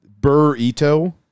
Burrito